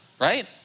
Right